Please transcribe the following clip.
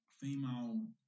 female